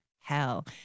hell